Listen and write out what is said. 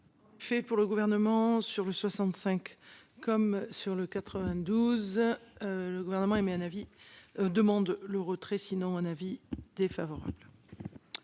Fait pour le gouvernement sur les 65 comme sur le 92. Le gouvernement émet un avis demande le retrait sinon un avis défavorable.